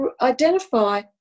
identify